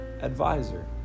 advisor